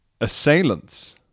assailants